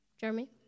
Jeremy